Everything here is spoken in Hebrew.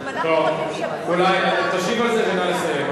טוב, תשיב על זה ונא לסיים.